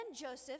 Joseph